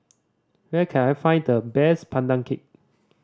where can I find the best Pandan Cake